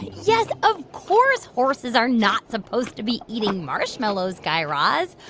yes, of course horses are not supposed to be eating marshmallows, guy raz.